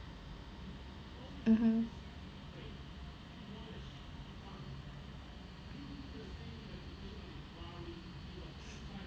mmhmm